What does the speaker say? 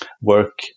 work